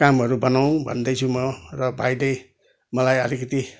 कामहरू बनाउँ भन्दैछु म र भाइले मलाई अलिकति